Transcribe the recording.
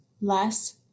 less